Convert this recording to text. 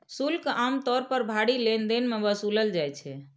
शुल्क आम तौर पर भारी लेनदेन मे वसूलल जाइ छै